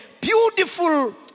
beautiful